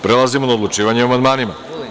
Prelazimo na odlučivanje o amandmanima.